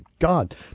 God